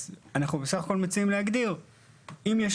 אז אנחנו בסך הכל מציעים להגדיר שאם יש